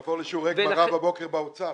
קודם כול אני מסכים איתך, גפני, כמו תמיד.